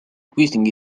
twisting